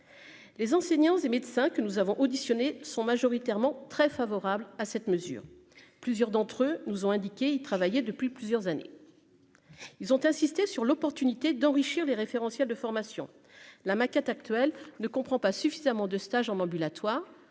les enseignants et médecins que nous avons auditionnés sont majoritairement très favorable à cette mesure, plusieurs d'entre eux nous ont indiqué, il travaillait depuis plusieurs années, ils ont insisté sur l'opportunité d'enrichir les référentiels de formation la maquette actuelle ne comprend pas suffisamment de stages en ambulatoire,